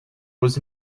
was